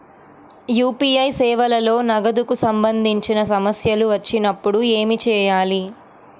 UPI సేవలలో నగదుకు సంబంధించిన సమస్యలు వచ్చినప్పుడు ఏమి చేయాలి?